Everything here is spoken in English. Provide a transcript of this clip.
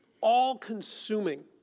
all-consuming